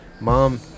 mom